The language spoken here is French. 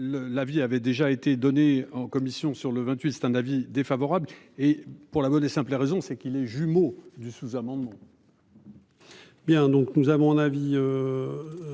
la vie avait déjà été donnés en commission sur le 28, c'est un avis défavorable et pour la bonne et simple raison c'est qu'il les jumeaux du sous-amendements.